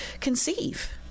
conceive